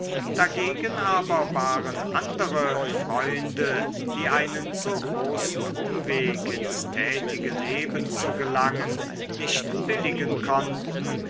dagegen aber waren andere freunde die einen so großen umweg ins tätige leben zu gelangen nicht billigen konnten